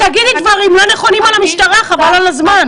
ותגידי דברים לא נכונים על המשטרה, חבל על הזמן.